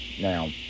Now